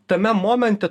tame momente